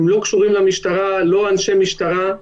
הם לא קשורים למשטרה, לא אנשי משטרה.